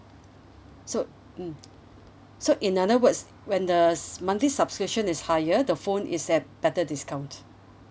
so mm so in other words when the monthly subscription is higher the phone is at better discount